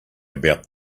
about